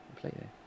completely